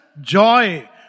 joy